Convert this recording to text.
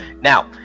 Now